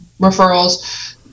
referrals